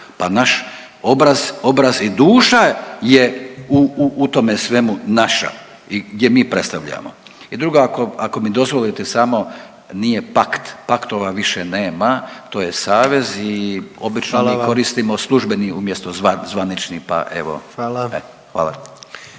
pa naš obraz i duša je u tome svemu naša i gdje mi predstavljamo. I drugo, ako mi dozvolite samo, nije pakt, paktova više nema, to je savez i obično mi koristimo službeni .../Upadica: Hvala